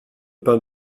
pain